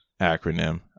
acronym